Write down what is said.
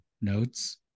notes